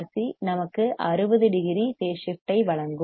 சிRC நமக்கு 60 degree phase shift ஐ வழங்கும்